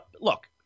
Look